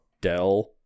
Dell